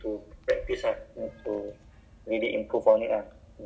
so actually I I think you know right this monster dot com